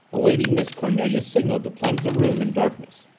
awaiting miss cornelia's signal to plunge the room in darkness.